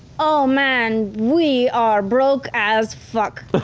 oh man, we are broke as fuck.